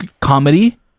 comedy